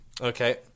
okay